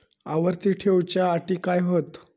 आवर्ती ठेव च्यो अटी काय हत?